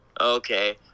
Okay